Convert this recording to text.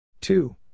Two